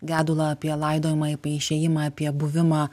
gedulą apie laidojimą apie išėjimą apie buvimą